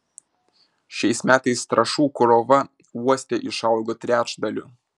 šiais metais trąšų krova uoste išaugo trečdaliu